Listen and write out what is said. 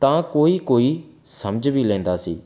ਤਾਂ ਕੋਈ ਕੋਈ ਸਮਝ ਵੀ ਲੈਂਦਾ ਸੀ